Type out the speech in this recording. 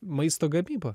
maisto gamyba